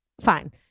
Fine